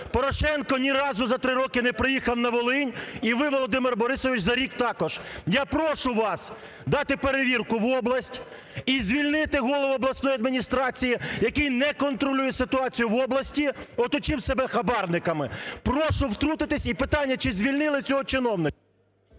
Порошенко ні разу за три роки не приїхав на Волинь і ви, Володимир Борисович, за рік також. Я прошу вас дати перевірку в область і звільнити голову обласної адміністрації, який не контролює ситуацію в області, оточив себе хабарниками, прошу втрутитися. І питання, чи звільнили цього чиновника?